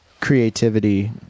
creativity